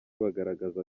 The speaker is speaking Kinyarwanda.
bagaragazaga